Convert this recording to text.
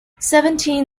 seventeen